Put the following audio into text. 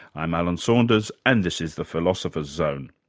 i'm alan saunders and this is the philosopher's zone.